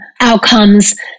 outcomes